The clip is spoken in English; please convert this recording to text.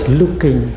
looking